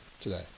today